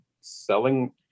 selling